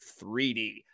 3D